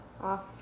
off